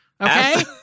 Okay